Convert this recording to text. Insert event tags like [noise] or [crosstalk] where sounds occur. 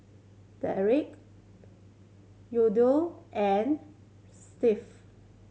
Derek Yandel and [unintelligible]